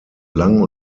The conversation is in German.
lang